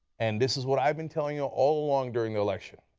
and this is what i've been telling you all along during the election.